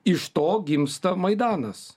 iš to gimsta maidanas